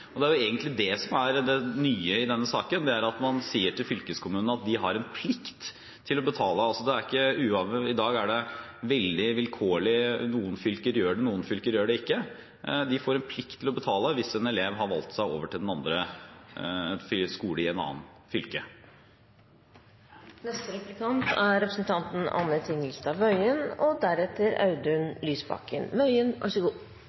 til. Det er jo egentlig det som er det nye i denne saken, at man sier til fylkeskommunen at de har en plikt til å betale. I dag er det veldig vilkårlig – noen fylker gjør det, noen fylker gjør det ikke. De får en plikt til å betale hvis en elev har valgt seg over til en skole i et annet fylke. Statsråden sa at han var lei av å lese oppslag om at elever som bor i nærheten av én skole, må reise fem, ti, femten mil for å gå på en annen